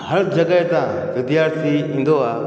हर जॻहि हितां विद्यार्थी ईंदो आहे